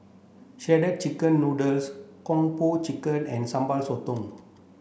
shredded chicken noodles Kung Po Chicken and Sambal Sotong